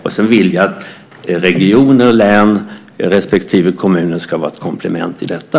Och sedan vill jag att regioner och län respektive kommuner ska vara ett komplement i detta.